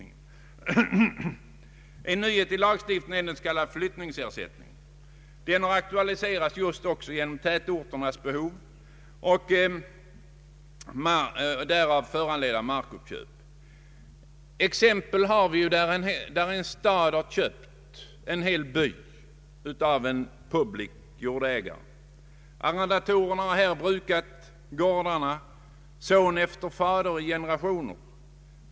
En nyhet i lagstiftningen är den s.k. flyttningsersättningen. Den aktualiseras också genom tätorternas behov och därav föranledda markuppköp. Exempel finns på hur en stad har köpt en hel by av en publik jordägare. Det kan vara fall där arrendatorer brukat gårdarna son efter fader i generationer.